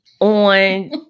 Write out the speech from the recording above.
On